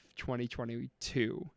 2022